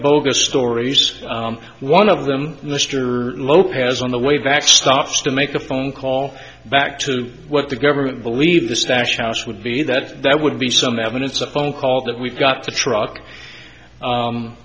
bogus stories one of them mr lopez on the way back stops to make a phone call back to what the government believes the stash house would be that that would be some evidence a phone call that we've got to truck